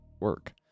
Work